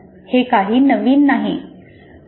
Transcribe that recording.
हे काही नवीन नाही